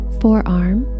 forearm